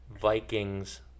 Vikings